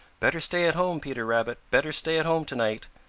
better stay at home, peter rabbit. better stay at home to-night,